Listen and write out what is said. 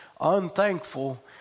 unthankful